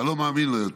אתה לא מאמין לו יותר".